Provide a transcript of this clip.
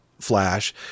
flash